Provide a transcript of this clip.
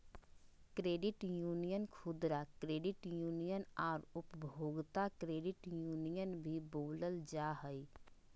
credit union खुदरा credit union आर उपभोक्ता क्रेडिट यूनियन भी बोलल जा हइ